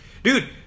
Dude